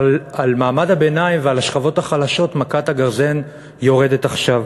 אבל על מעמד הביניים ועל השכבות החלשות מכת הגרזן יורדת עכשיו.